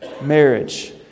marriage